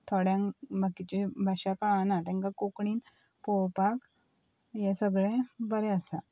थोड्यांक बाकिची भाशा कळाना तेंकां कोंकणीन पळोवपाक हें सगळें बरें आसा